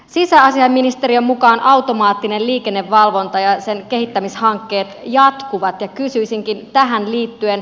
sisäasiainministeriön mukaan automaattinen liikennevalvonta ja sen kehittämishankkeet jatkuvat ja kysyisinkin tähän liittyen